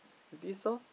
fifty stalls